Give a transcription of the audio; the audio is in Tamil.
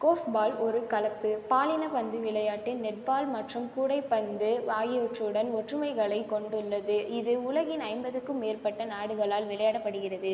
கோஃப்பால் ஒரு கலப்பு பாலின பந்து விளையாட்டு நெட்பால் மற்றும் கூடைப்பந்து ஆகியவற்றுடன் ஒற்றுமைகளை கொண்டுள்ளது இது உலகின் ஐம்பதுக்கும் மேற்பட்ட நாடுகளால் விளையாடப்படுகிறது